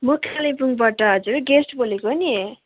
म कालिम्पोङबाट हजुर गेस्ट बोलेको नि